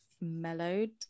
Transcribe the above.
mellowed